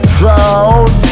sound